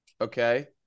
okay